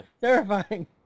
Terrifying